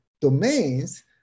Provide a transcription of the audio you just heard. domains